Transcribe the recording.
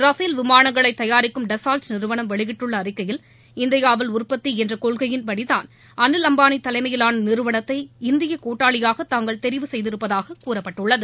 Rafale விமானங்களை தயாரிக்கும் Dassault நிறுவனம் வெளியிட்டுள்ள அறிக்கையில் இந்தியாவில் உற்பத்தி என்ற கொள்கையின் படிதான் அனில் அம்பானி தலைமையிலான நிறுவனத்தை இந்திய கூட்டாளியாக தாங்கள் தெரிவு செய்திருப்பதாக கூறப்பட்டுள்ளது